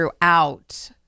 throughout